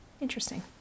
Interesting